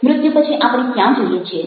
મૃત્યુ પછી આપણે ક્યાં જઈએ છીએ